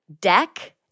deck